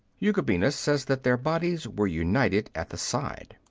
eugubinus says that their bodies were united at the side.